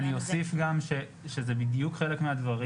אני אוסיף שזה בדיוק חלק מהדברים